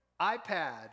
iPad